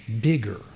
bigger